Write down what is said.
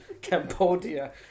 Cambodia